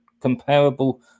comparable